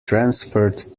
transferred